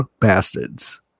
bastards